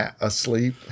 asleep